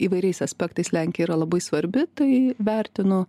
įvairiais aspektais lenkija yra labai svarbi tai vertinu